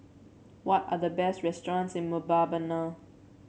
what are the best restaurants in Mbabana